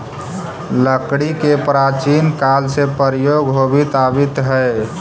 लकड़ी के प्राचीन काल से प्रयोग होवित आवित हइ